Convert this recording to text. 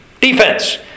Defense